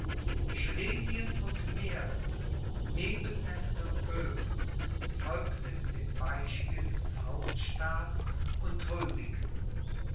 schlesien und mähren nebenländer böhmens folgten dem beispiele des hauptstaats und huldigten